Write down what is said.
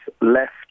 left